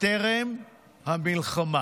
טרם המלחמה,